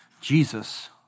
Jesus